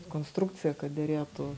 konstrukcija kad derėtų